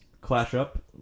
clash-up